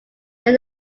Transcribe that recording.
then